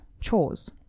chores